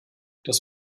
das